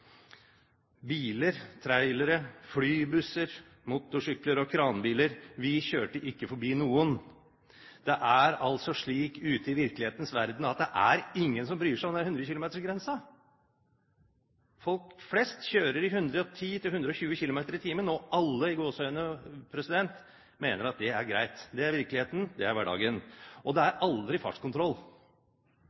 biler, trailere, flybusser, motorsykler og kranbiler. Vi kjørte ikke forbi noen. Det er altså slik ute i virkelighetens verden at det er ingen som bryr seg om grensen på 100 km/t. Folk flest kjører i 110–120 km/t, og «alle» mener at det er greit. Det er virkeligheten, det er hverdagen. Og det er aldri fartskontroll.